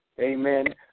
Amen